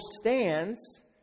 stands